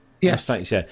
Yes